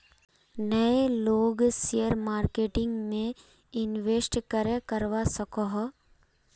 नय लोग share marketing में इंवेस्ट करे करवा सकोहो?